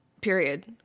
period